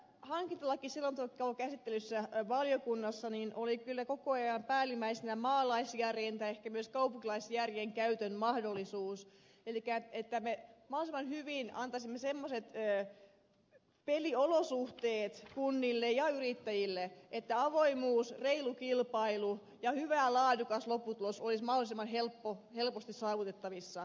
hankintalakiselonteon käsittelyssä valiokunnassa oli kyllä koko ajan päällimmäisenä maalaisjärjen tai ehkä myös kaupunkilaisjärjen käytön mahdollisuus elikkä se että me mahdollisimman hyvin antaisimme semmoiset peliolosuhteet kunnille ja yrittäjille että avoimuus reilu kilpailu ja hyvä laadukas lopputulos olisivat mahdollisimman helposti saavutettavissa